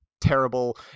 terrible